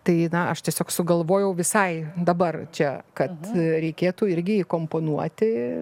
tai na aš tiesiog sugalvojau visai dabar čia kad reikėtų irgi įkomponuoti